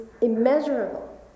immeasurable